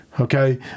Okay